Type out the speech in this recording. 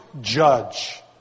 judge